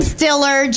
Stiller